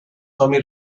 tommy